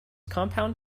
compound